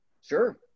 Sure